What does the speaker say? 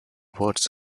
words